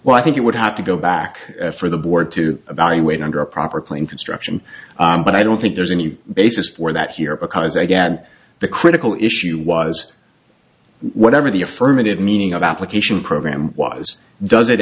well i think it would have to go back for the board to evaluate under a proper claim construction but i don't think there's any basis for that here because i get the critical issue was whatever the affirmative meaning of application program was does it